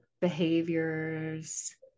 behaviors